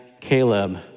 Caleb